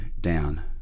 down